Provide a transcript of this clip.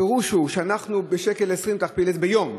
הפירוש הוא שב-1.20 שקל תכפיל את זה,